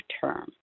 term